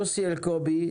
יוסי אלקובי,